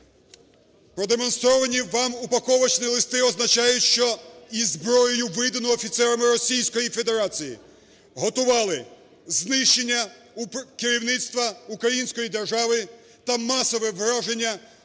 Продемонстровані вам упаковочні листи означають, що із зброї, виданою офіцерам Російської Федерації, готували знищення керівництва української держави та масове враження мирних